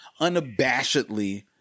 unabashedly